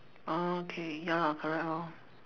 orh K ya lah correct lor